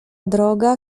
droga